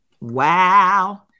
Wow